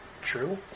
true